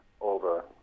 over